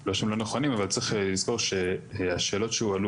לא שהם לא נכונים אבל צריך לזכור שהשאלות שהועלו